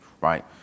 right